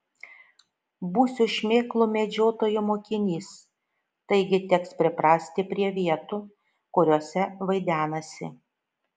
būsiu šmėklų medžiotojo mokinys taigi teks priprasti prie vietų kuriose vaidenasi